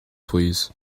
please